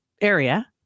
area